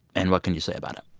and what can you say about it?